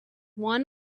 one